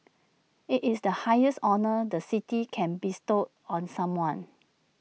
IT is the highest honour the city can bestow on someone